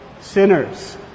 sinners